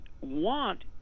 want